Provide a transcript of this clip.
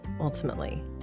ultimately